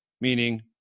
meaning